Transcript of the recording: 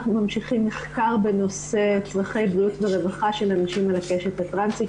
אנחנו ממשיכים מחקר בנושא צרכי בריאות ורווחה של אנשים מהקשת הטרנסית,